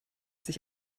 sich